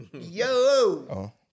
Yo